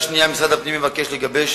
2. משרד הפנים מבקש לגבש